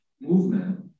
movement